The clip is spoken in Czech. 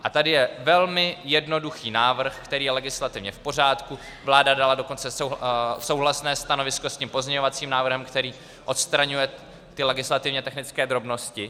A tady je velmi jednoduchý návrh, který je legislativně v pořádku, vláda dala dokonce souhlasné stanovisko s tím pozměňovacím návrhem, který odstraňuje legislativně technické drobnosti.